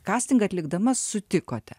kastingą atlikdama sutikote